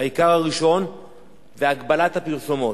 העיקר הראשון זה הגבלת הפרסומות.